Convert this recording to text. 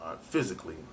physically